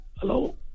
Hello